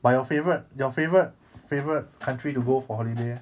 but your favourite your favourite favourite country to go for holiday leh